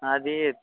అదీ